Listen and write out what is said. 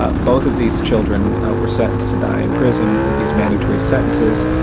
ah both of these children were sentenced to die in prison with these mandatory sentences.